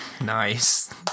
Nice